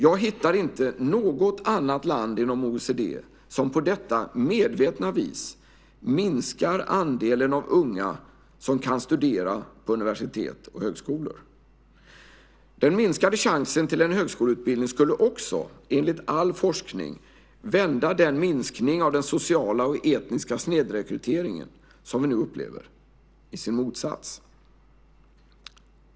Jag hittar inte något annat land inom OECD som på detta medvetna vis minskar andelen unga som kan studera på universitet och högskolor. Den minskade chansen till en högskoleutbildning skulle också, enligt all forskning, vända den minskning av den sociala och etniska snedrekrytering som vi nu upplever till sin motsats.